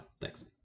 Thanks